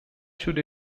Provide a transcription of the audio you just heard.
should